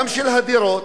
גם של הדירות,